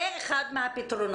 זה אחד מהפתרונות.